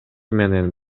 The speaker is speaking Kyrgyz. менен